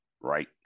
right